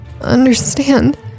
understand